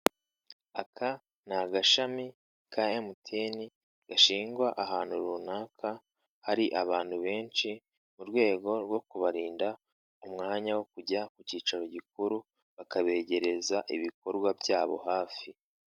Aka ni agashami ka MTN gashingwa hantu runaka hari abantu benshi, mu rwego rwo kubarinda umwanya wo kujya ku cyicaro gikuru, bakabegereza ibikorwa byabo hafi.